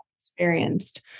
experienced